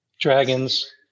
Dragons